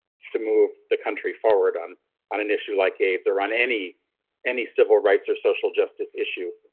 to move the country forward on on an issue like aids or on any any civil rights or social justice issue?